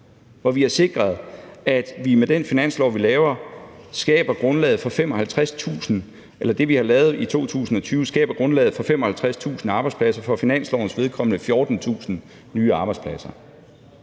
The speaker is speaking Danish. og vi har sikret, at vi med den finanslov, vi laver, skaber grundlaget for 55.000 arbejdspladser – og for finanslovens vedkommende alene 14.000 nye arbejdspladser.